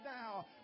now